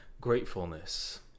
gratefulness